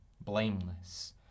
blameless